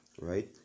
Right